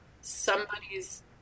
somebody's